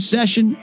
Session